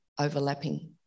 overlapping